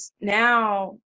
now